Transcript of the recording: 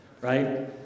right